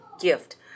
gift